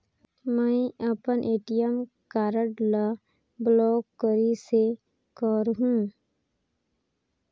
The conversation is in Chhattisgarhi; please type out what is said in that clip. मै अपन ए.टी.एम कारड ल ब्लाक कइसे करहूं?